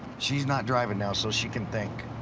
she's not driving now so she can think.